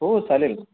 हो हो चालेल ना